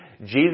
Jesus